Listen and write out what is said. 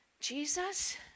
Jesus